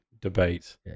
debate